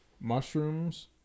mushrooms